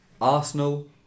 Arsenal